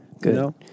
Good